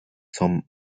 zum